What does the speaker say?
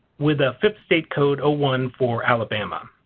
with a fips state code one for alabama.